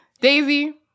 Daisy